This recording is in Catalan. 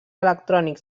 electrònics